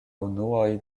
unuoj